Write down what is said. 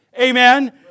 Amen